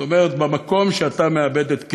זאת אומרת, עד המקום שאתה מאבד את קצבתך.